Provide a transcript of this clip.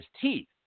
teeth